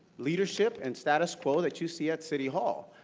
leadership and status quo that you see at city hall.